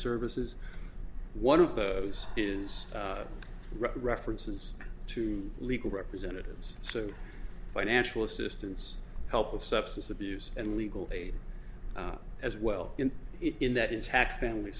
services one of those is references to legal representatives so financial assistance help with substance abuse and legal aid as well in it in that intact family